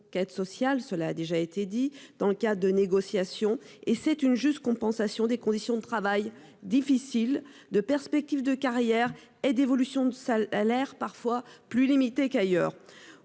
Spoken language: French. conquêtes sociales, cela a déjà été dit, et ont été créés dans le cadre de négociations. Ils sont une juste compensation de conditions de travail difficiles, de perspectives de carrière et d'évolution de salaire parfois plus limitées qu'ailleurs.